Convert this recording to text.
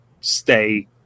stay